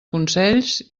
consells